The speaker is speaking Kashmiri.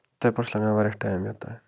تَتہِ پٮ۪ٹھ چھِ لَگان واریاہ ٹایِم یوٚت تام